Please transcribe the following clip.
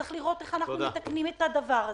וצריך לראות איך אנחנו מתקנים את הדבר הזה.